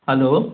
hello